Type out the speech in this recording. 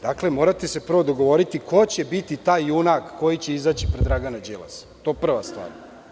Dakle, morate se prvo dogovoriti ko će biti taj junak koji će izaći pred Dragana Đilasa, to je prav stvar.